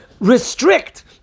restrict